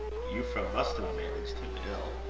euphra must have managed him ill.